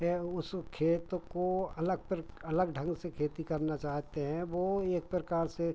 ये उस खेत को अलग पर अलग ढंग से खेती करना चाहते हैं वे एक प्रकार से